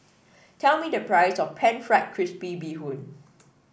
tell me the price of pan fried crispy Bee Hoon